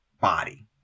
body